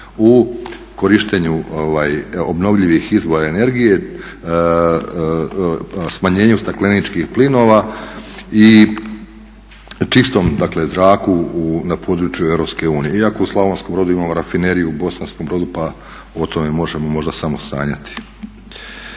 u korištenju obnovljivih izvora energije, smanjenju stakleničkih plinova i čistom zraku na području Europske unije. Iako u Slavonskom Brodu imamo rafineriju, u Bosanskom Brodu pa o tome možemo možda samo sanjati.